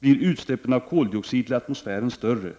blir dock utsläppen av koldioxid till atmosfären större.